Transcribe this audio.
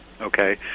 Okay